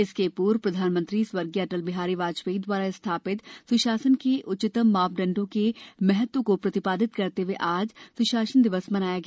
इसके पूर्व प्रधानमंत्री स्वर्गीय अटल बिहारी वाजपेयी द्वारा स्थापित सुशासन के उच्चतम मापदण्डों के महत्व को प्रतिपादित करते हुए आज सुशासन दिवस मनाया गया